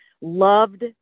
loved